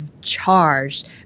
charged